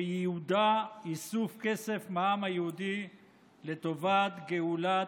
שייעודה איסוף כסף מהעם היהודי לטובת גאולת